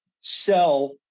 sell